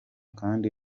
kandi